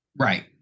Right